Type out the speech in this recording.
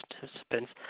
participants